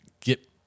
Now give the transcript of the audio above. get